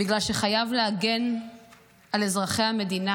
בגלל שחייבים להגן על אזרחי המדינה.